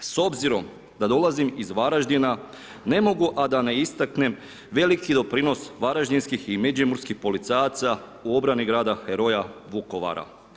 S obzirom da dolazim iz Varaždina, ne mogu, a da ne istaknem veliki doprinos varaždinskih i međimurskih policajaca u obrani grada heroja Vukovara.